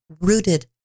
rooted